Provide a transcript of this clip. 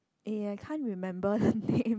eh I can't remember the name